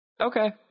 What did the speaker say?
Okay